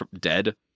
dead